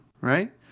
Right